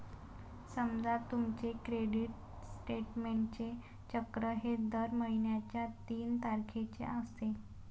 समजा तुमचे क्रेडिट स्टेटमेंटचे चक्र हे दर महिन्याच्या तीन तारखेचे असते